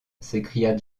s’écria